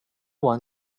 one